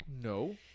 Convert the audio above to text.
No